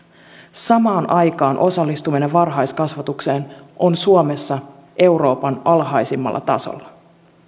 samaan aikaan osallistuminen varhaiskasvatukseen on suomessa euroopan alhaisimmalla tasolla